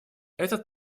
этот